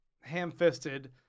ham-fisted